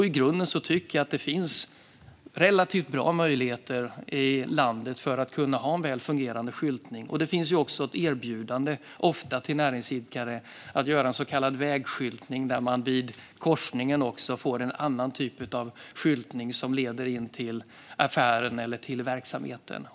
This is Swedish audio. I grunden tycker jag att det finns relativt bra möjligheter i landet för en väl fungerande skyltning. Det finns också ofta ett erbjudande till näringsidkare att göra en så kallad vägskyltning där man vid korsningen får en annan typ av skyltning som leder in till affären eller verksamheten.